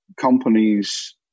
companies